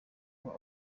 kuko